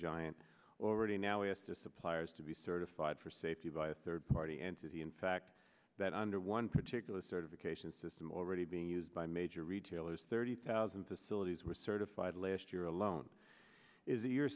giant already now with the suppliers to be certified for safety by a third party entity in fact that under one particular certification system already being used by major retailers thirty thousand facilities were certified last year alone is it your